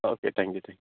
okay thank you thank you